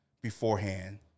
beforehand